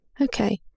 Okay